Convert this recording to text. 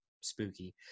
spooky